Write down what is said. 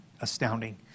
astounding